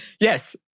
Yes